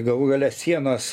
galų gale sienos